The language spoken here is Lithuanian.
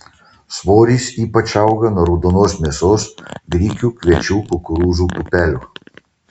svoris ypač auga nuo raudonos mėsos grikių kviečių kukurūzų pupelių